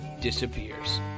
disappears